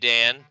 Dan